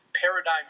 paradigm